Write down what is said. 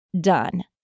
done